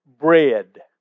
bread